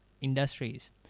industries